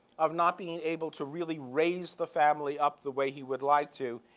of not being able to really raise the family up the way he would like to,